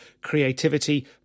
creativity